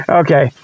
okay